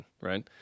right